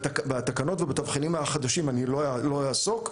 בתקנות ובתבחינים החדשים אני לא אעסוק,